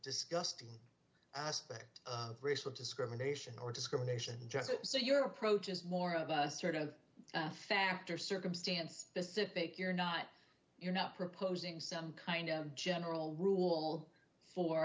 disgusting aspect of racial discrimination or discrimination just so your approach is more of a sort of factor circumstance specific you're not you're not proposing some kind of general rule for